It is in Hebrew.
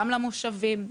גם למושבים,